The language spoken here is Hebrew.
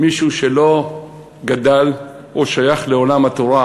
מישהו שלא גדל או שייך לעולם התורה,